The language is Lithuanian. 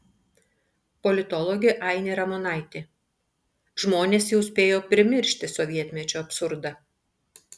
politologė ainė ramonaitė žmonės jau spėjo primiršti sovietmečio absurdą